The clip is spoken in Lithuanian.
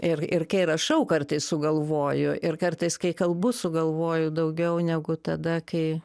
ir ir kai rašau kartais sugalvoju ir kartais kai kalbu sugalvoju daugiau negu tada kai